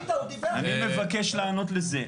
אני מבקש לענות לזה.